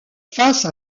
face